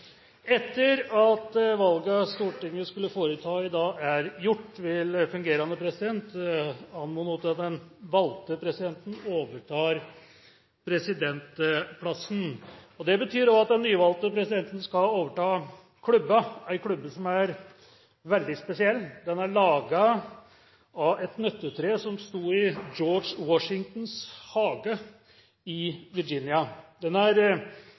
Etter at de valgene Stortinget skulle foreta i dag, er gjort, vil fungerende president anmode om at den valgte presidenten overtar presidentplassen. Det betyr at den nyvalgte presidenten også skal overta klubben – en klubbe som er veldig spesiell. Den er laget av et nøttetre som sto i George Washingtons hage i Virginia. Den er